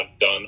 done